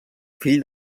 fill